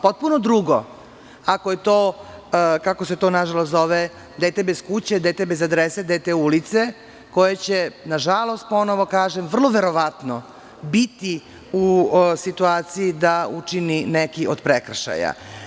Potpuno je drugo ako je to, kako se to nažalost zove, dete bez kuće, dete bez adrese, dete ulice koje će nažalost vrlo verovatno biti u situaciji da učini neki od prekršaja.